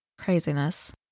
Craziness